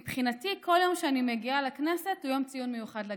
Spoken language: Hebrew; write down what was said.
שמבחינתי כל יום שאני מגיעה לכנסת הוא יום ציון מיוחד לגליל,